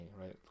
right